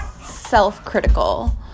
self-critical